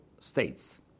States